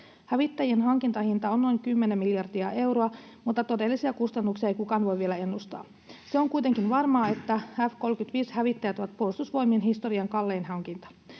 Hävittäjien hankintahinta on noin kymmenen miljardia euroa, mutta todellisia kustannuksia ei kukaan voi vielä ennustaa. Se on kuitenkin varmaa, että F-35-hävittäjät ovat Puolustusvoimien historian kallein hankinta.